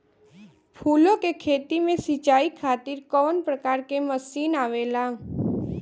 फूलो के खेती में सीचाई खातीर कवन प्रकार के मशीन आवेला?